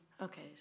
Okay